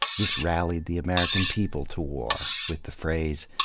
this rallied the american people to war, with the phrase,